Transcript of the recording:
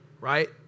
right